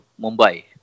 Mumbai